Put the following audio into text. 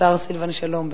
השר סילבן שלום.